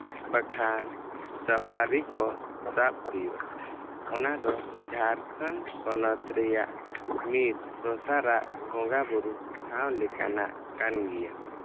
ᱵᱟᱠᱷᱟᱱ ᱥᱟᱯᱷᱟᱨᱤ ᱠᱚ ᱥᱟᱵ ᱦᱩᱭᱩᱜᱼᱟ ᱚᱱᱟ ᱫᱚ ᱡᱷᱟᱲᱠᱷᱚᱸᱰ ᱯᱚᱱᱚᱛ ᱨᱮᱭᱟᱜ ᱢᱤᱫ ᱫᱚᱥᱟᱨᱟᱜ ᱵᱚᱸᱜᱟᱼᱵᱩᱨᱩ ᱴᱷᱟᱶ ᱞᱮᱠᱟᱱᱟᱜ ᱠᱟᱱ ᱜᱮᱭᱟ